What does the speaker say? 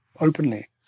openly